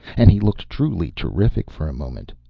and he looked truly terrific for a moment.